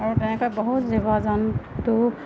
আৰু তেনেকৈ বহুত জীৱ জন্তু